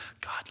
God